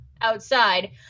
outside